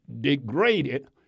degraded